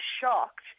shocked